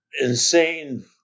insane